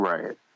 Right